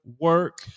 work